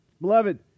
Beloved